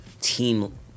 team